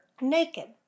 naked